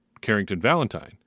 Carrington-Valentine